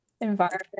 environment